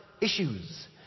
issues